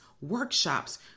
workshops